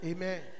Amen